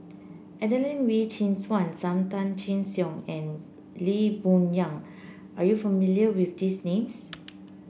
Adelene Wee Chin Suan Sam Tan Chin Siong and Lee Boon Yang are you familiar with these names